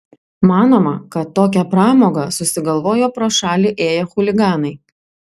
manoma kad tokią pramogą susigalvojo pro šalį ėję chuliganai